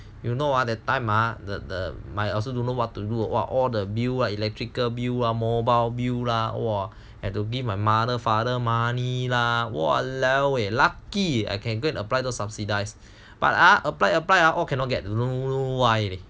you know ah that time ah the the my also don't know what to do or all the bill what electrical bill or mobile bill !wah! have to give my mother father money lah !walaoeh! lucky I can go and apply those subsidise but ah apply apply are all cannot get don't know why